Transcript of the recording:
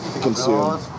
Consume